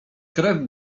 krew